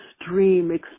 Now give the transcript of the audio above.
extreme